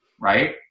right